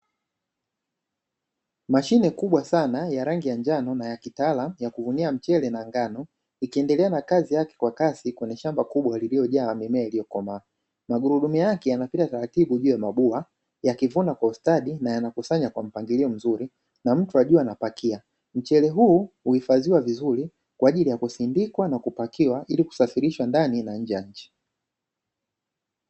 Mashine kubwa sana ya rangi ya njano na ya kitaalam ya kuvunia mchele na ngano ikiendelea na kazi yake kwa kasi kwenye shamba kubwa lililojaa mimea iliyokomaa, magurudumu yake yanapita taratibu juu ya mabua yakivuna kwa ustadi na yanakusanya kwa mpangilio mzuri na mtu wa juu anapakia, mchele huu uhifadhiwa vizuri kwa ajili ya kusindikwa na kupakiwa ili kusafirishwa ndani na nje ya nchi.